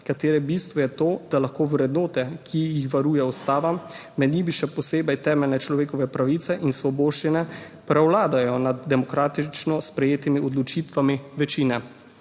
katere bistvo je to, da lahko vrednote, ki jih varuje ustava, med njimi še posebej temeljne človekove pravice in svoboščine, prevladajo nad demokratično sprejetimi odločitvami večine.